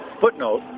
Footnote